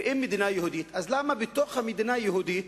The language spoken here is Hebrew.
ואם מדינה יהודית, אז למה בתוך המדינה היהודית